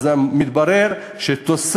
מתברר שיש